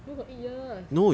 where got eight years